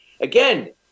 Again